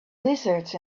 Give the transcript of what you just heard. lizards